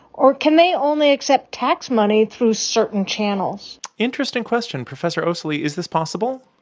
or can they only accept tax money through certain channels? interesting question. professor osili, is this possible?